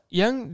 yang